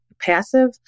passive